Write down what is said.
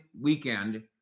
weekend